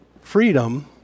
freedom